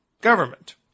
government